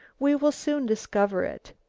we will soon discover it.